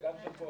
וגם של בועז.